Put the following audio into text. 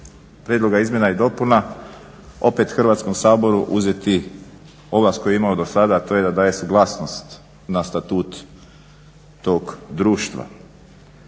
prijedloga izmjena i dopuna opet Hrvatskom saboru uzeti ovlast koju je imao dosada, a to je da daje suglasnost na statut tog društva.